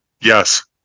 Yes